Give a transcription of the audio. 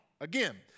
again